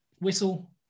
Whistle